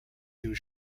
use